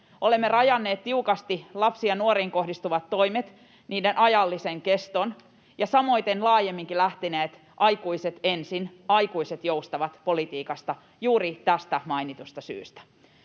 on rajannut tiukasti lapsiin ja nuoriin kohdistuvat toimet, niiden ajallisen keston, ja samoiten olemme laajemminkin lähteneet aikuiset ensin, aikuiset joustavat ‑politiikasta juuri tästä mainitusta syystä.